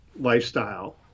lifestyle